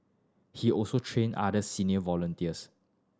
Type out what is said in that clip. he also train other senior volunteers